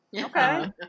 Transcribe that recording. Okay